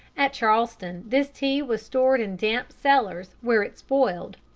at charleston this tea was stored in damp cellars, where it spoiled.